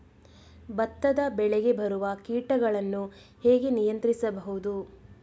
ಭತ್ತದ ಬೆಳೆಗೆ ಬರುವ ಕೀಟಗಳನ್ನು ಹೇಗೆ ನಿಯಂತ್ರಿಸಬಹುದು?